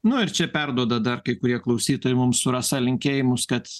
nu ir čia perduoda dar kai kurie klausytojai mums su rasa linkėjimus kad